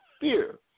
fear